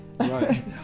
Right